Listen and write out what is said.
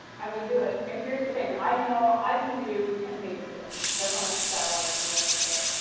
i'm gonna do it and here's the thing, i know i can do ten pages a day. that's how much dialogue i can write in a day.